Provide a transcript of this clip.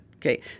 Okay